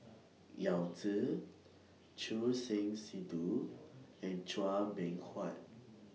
Yao Zi Choor Singh Sidhu and Chua Beng Huat